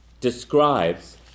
describes